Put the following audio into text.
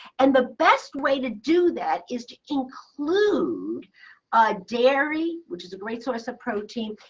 and the best way to do that is to include dairy, which is a great source of protein,